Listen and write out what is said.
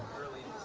early